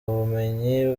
ubumenyi